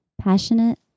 passionate